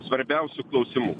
svarbiausių klausimų